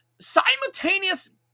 simultaneous